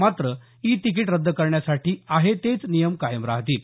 मात्र e ticket रद्द करण्यासाठी आहे तेच नियम कायम राहतील